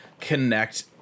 connect